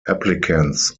applicants